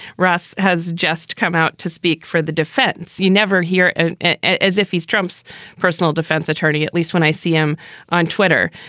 ross has just come out to speak for the defense. you never hear it as if he's trump's personal defense attorney, at least when i see him on twitter.